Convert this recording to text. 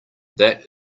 that